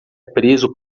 preso